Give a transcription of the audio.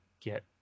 get